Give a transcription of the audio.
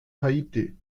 haiti